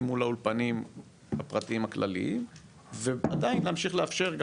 מול האולפנים הפרטיים הכלליים ועדיין להמשיך לאפשר,